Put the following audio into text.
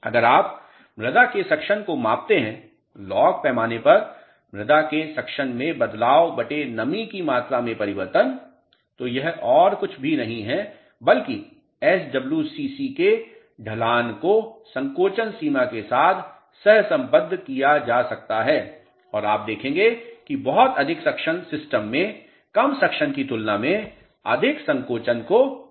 अगर आप मृदा के सक्शन को मापते हैं लॉग पैमाने पर मृदा के सक्शन में बदलाव बटे नमी की मात्रा में परिवर्तन तो यह और कुछ भी नहीं है बल्कि SWCC के ढलान को संकोचन सीमा के साथ सहसंबद्ध किया जा सकता है और आप देखेंगे कि बहुत अधिक सक्शन सिस्टम में कम सक्शन की तुलना में अधिक संकोचन को प्रेरित करेगा